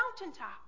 mountaintop